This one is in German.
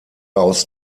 aus